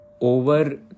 over